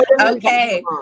Okay